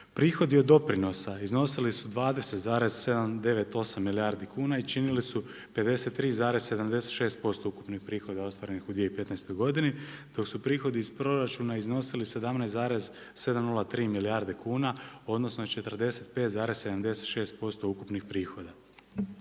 Prihodi od doprinosa iznosili su 20,798 milijardi kuna i činili su 53,76% ukupnih prihoda ostvarenih u 2015. godini dok su prihodi iz proračuna iznosili 17,703 milijarde kuna odnosno 45,76% ukupnih prihoda.